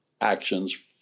actions